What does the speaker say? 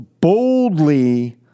boldly